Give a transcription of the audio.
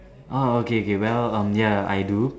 orh okay K well um ya I do